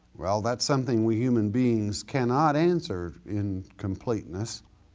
well that's something we human beings cannot answer in completeness.